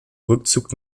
rückzug